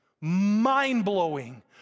mind-blowing